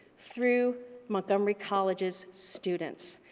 through montgomery college's students.